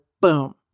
boom